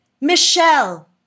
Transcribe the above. Michelle